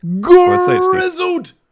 Grizzled